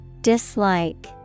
Dislike